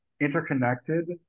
interconnected